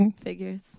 Figures